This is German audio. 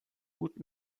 gut